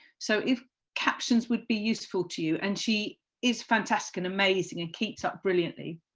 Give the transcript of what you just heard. so if captions would be useful to you, and she is fantastic and amazing, and keeps up brilliantly,